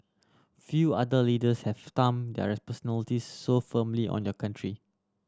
few other leaders have stamped their personalities so firmly on your country